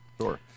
sure